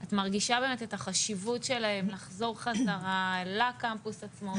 את מרגישה באמת את החשיבות שלהם לחזור חזרה לקמפוס עצמו,